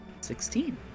Sixteen